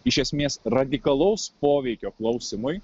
iš esmės radikalaus poveikio klausymui